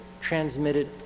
transmitted